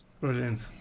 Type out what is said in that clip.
Brilliant